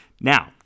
Now